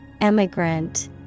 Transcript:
Emigrant